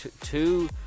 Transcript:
two